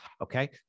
okay